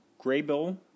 Graybill